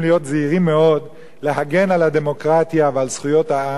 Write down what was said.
זהירים מאוד להגן על הדמוקרטיה ועל זכויות העם,